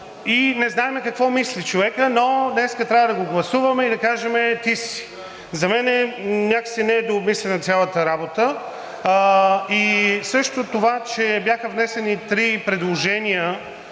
не знаем какво мисли човекът, но днес трябва да го гласуваме и да кажем – ти си. За мен някак си не е дообмислена цялата работа. И също това, че бяха внесени три предложения